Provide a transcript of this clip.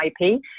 IP